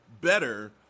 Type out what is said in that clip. better